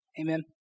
Amen